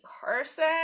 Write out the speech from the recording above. Carson